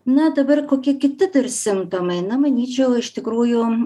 na dabar kokie kiti dar simptomai na manyčiau iš tikrųjų